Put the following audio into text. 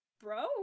Bro